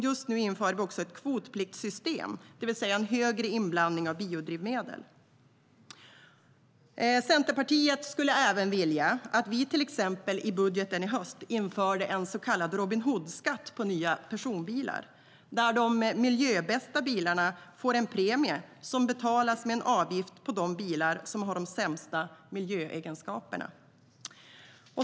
Just nu inför vi också ett kvotpliktsystem, det vill säga en högre inblandning av biodrivmedel. Centerpartiet skulle även vilja se att vi, till exempel i budgeten i höst, införde en så kallad robinhoodskatt på nya personbilar, där de miljöbästa bilarna får en premie som betalas med en avgift på de bilar som har de sämsta miljöegenskaperna.